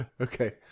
Okay